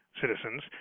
citizens